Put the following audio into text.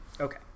Okay